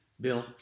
Bill